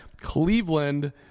Cleveland